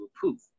poof